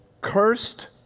cursed